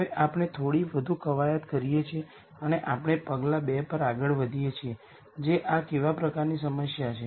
હવે આપણે થોડી વધુ કવાયત કરીએ છીએ અને આપણે પગલા 2 પર આગળ વધીએ છીએ જે આ કેવા પ્રકારની સમસ્યા છે